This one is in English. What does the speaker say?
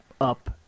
up